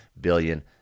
billion